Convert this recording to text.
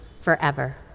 forever